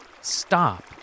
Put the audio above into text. Stop